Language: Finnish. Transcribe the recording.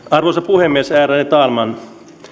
arvoisa puhemies ärade talman